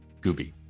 Gooby